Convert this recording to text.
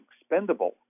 expendable